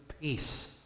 peace